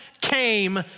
came